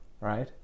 right